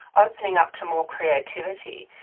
opening up to more creativity,